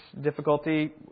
difficulty